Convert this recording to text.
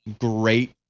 great